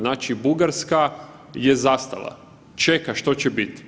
Znači, Bugarska je zastala, čeka što će bit.